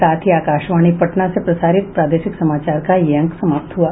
इसके साथ ही आकाशवाणी पटना से प्रसारित प्रादेशिक समाचार का ये अंक समाप्त हुआ